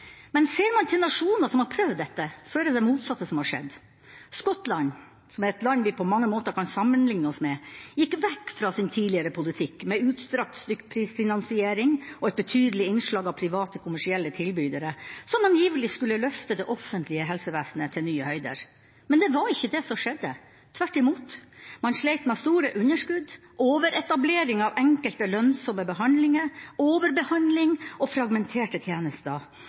Men ser man til nasjoner som har prøvd dette, er det det motsatte som har skjedd. Skottland, som er et land vi på mange måter kan sammenligne oss med, gikk vekk fra sin tidligere politikk med utstrakt stykkprisfinansiering og et betydelig innslag av private, kommersielle tilbydere, som angivelig skulle løfte det offentlige helsevesenet til nye høyder. Men det var ikke det som skjedde. Tvert imot, man slet med store underskudd, overetablering av enkelte «lønnsomme» behandlinger, overbehandling og fragmenterte tjenester